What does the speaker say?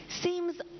seems